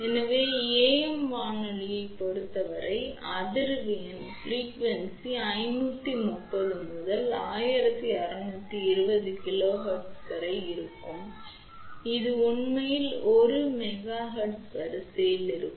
எனவே AM வானொலியைப் பொறுத்தவரை அதிர்வெண் 530 முதல் 1620 KHz வரை இருக்கும் இது உண்மையில் 1 மெகா ஹெர்ட்ஸ் வரிசையில் இருக்கும்